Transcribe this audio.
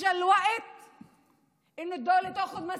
הגענו למצב שהיא הורגת אותנו.